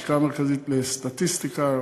לשכה מרכזית לסטטיסטיקה,